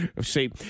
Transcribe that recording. see